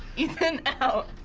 ethan out.